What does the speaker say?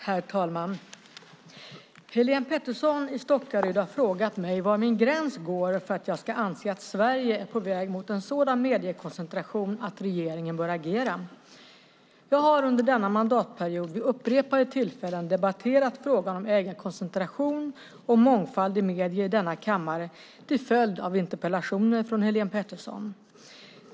Herr talman! Helene Petersson i Stockaryd har frågat mig var min gräns går för att jag ska anse att Sverige är på väg mot en sådan mediekoncentration att regeringen bör agera. Jag har under denna mandatperiod vid upprepade tillfällen debatterat frågan om ägarkoncentration och mångfald i medier i denna kammare till följd av interpellationer från Helene Petersson.